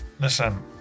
Listen